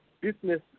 business